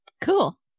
Cool